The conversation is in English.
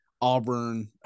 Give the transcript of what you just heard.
Auburn